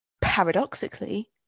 paradoxically